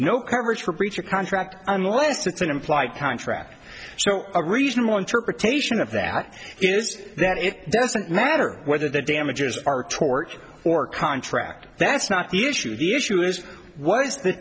no coverage for breach of contract unless it's an implied contract so a reasonable interpretation of that is that it doesn't matter whether the damages are tort or contract that's not the issue the issue is what is th